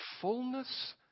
fullness